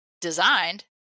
designed